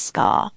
Scar